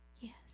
Yes